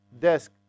desk